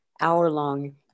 hour-long